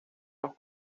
los